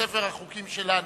בספר החוקים שלנו.